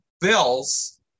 bills